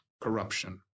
corruption